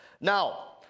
Now